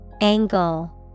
Angle